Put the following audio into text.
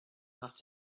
must